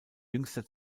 jüngster